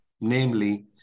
namely